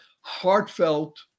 heartfelt